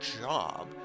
job